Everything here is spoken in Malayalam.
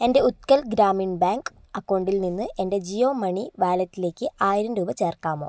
എൻ്റെ ഉത്കൽ ഗ്രാമീണ് ബാങ്ക് അക്കൗണ്ടിൽ നിന്ന് എൻ്റെ ജിയോ മണി വാലറ്റിലേക്ക് ആയിരം രൂപ ചേർക്കാമോ